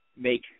make